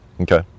okay